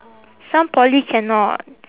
some poly cannot